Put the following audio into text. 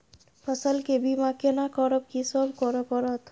फसल के बीमा केना करब, की सब करय परत?